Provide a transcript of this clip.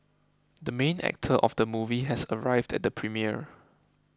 the main actor of the movie has arrived at the premiere